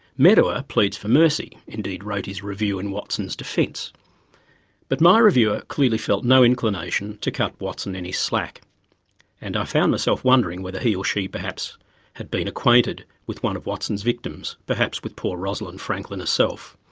medawar pleads for mercy, indeed wrote his review in watson's defence but my reviewer clearly felt no inclination to cut watson any slack and i found myself wondering whether he or she perhaps had been acquainted with one of watson's victims, perhaps with poor rosalind franklin herself.